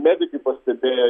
medikai pastebėję